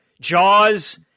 Jaws